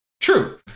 True